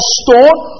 stone